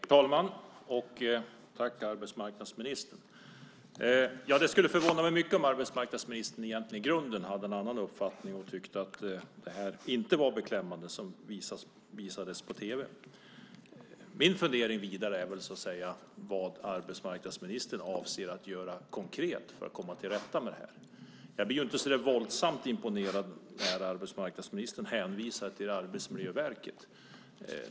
Herr talman! Jag tackar arbetsmarknadsministern för svaret. Det skulle förvåna mig mycket om arbetsmarknadsministern i grunden hade en annan uppfattning och tyckte att det som visades på tv inte var beklämmande. Min fundering vidare är vad arbetsmarknadsministern avser att göra konkret för att komma till rätta med det här. Jag blir inte så våldsamt imponerad när arbetsmarknadsministern hänvisar till Arbetsmiljöverket.